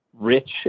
rich